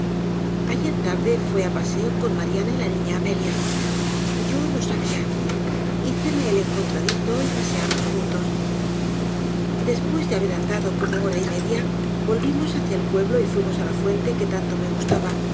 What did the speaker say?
ayer tarde fue á paseo con mariana y la niña amelia yo lo sabia bíceme el encontradizo y paseamos juntos después de haber andado como hora y mediav volvimos hacia el pueblo y fuimos á la fuente que tanto me gustaba